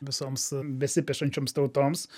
visoms besipešančioms tautoms